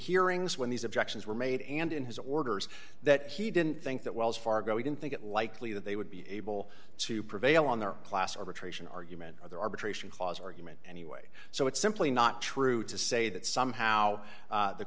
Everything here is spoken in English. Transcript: hearings when these objections were made and in his orders that he didn't think that wells fargo we didn't think it likely that they would be able to prevail on their class arbitration argument or their arbitration clause argument anyway so it's simply not true to say that somehow